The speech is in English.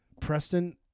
Preston-